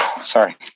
Sorry